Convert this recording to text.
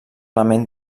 element